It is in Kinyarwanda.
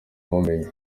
ubumenyi